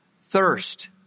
thirst